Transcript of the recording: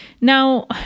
Now